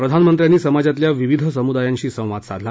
प्रधानमंत्र्यांनी समाजातल्या विविध समुदायांशी संवाद साधला